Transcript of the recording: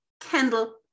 Kendall